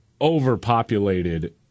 overpopulated